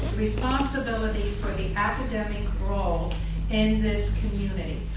responsibility for the academic role in this community.